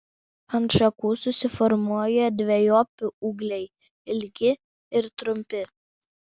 ant šakų susiformuoja dvejopi ūgliai ilgi ir trumpi